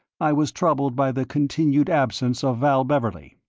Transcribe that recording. i was troubled by the continued absence of val beverley.